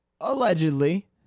allegedly